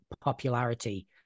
popularity